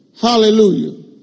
Hallelujah